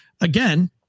Again